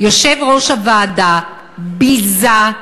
יושב-ראש הוועדה ביזה,